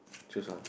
choose one